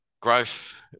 growth